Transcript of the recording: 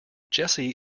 jessie